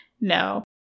no